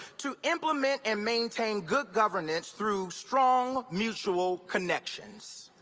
to implement and maintain good governance through strong mutual connections.